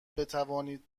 بتوانید